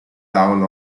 town